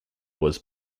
was